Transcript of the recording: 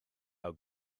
how